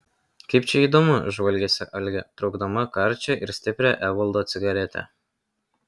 kaip čia įdomu žvalgėsi algė traukdama karčią ir stiprią evaldo cigaretę